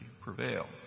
prevail